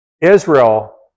Israel